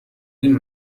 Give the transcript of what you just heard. این